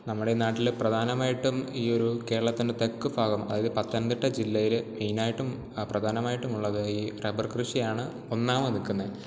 നമ്മുടെ നാട്ടിൽ പ്രധാനമായിട്ടും ഈ ഒരു കേരളത്തിൻ്റെ തെക്ക് ഭാഗം അതായത് പത്തനംതിട്ട ജില്ലയിൽ മെയിനായിട്ടും പ്രധാനമായിട്ടും ഉള്ളത് ഈ റബ്ബർ കൃഷിയാണ് ഒന്നാമത് നിൽക്കുന്നത്